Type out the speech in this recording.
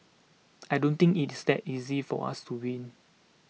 I don't think it's that easy for us to win